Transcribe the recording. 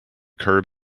curb